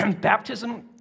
baptism